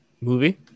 movie